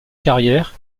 carrière